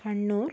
Kannur